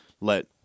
let